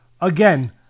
again